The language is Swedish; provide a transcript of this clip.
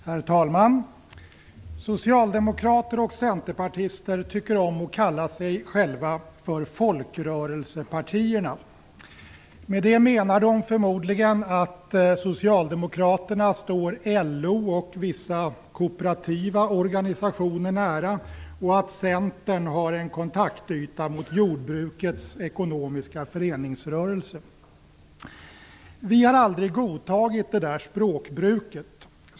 Herr talman! Socialdemokrater och centerpartister tycker om att kalla sig själva för "folkrörelsepartierna". Med det menar de förmodligen att Socialdemokraterna står LO och vissa kooperativa organisationer nära och att Centern har en kontaktyta mot jordbrukets ekonomiska föreningsrörelse. Vi har aldrig godtagit det där språkbruket.